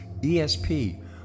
ESP